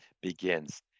begins